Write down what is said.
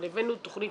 אבל הבאנו תכנית